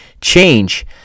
change